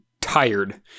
tired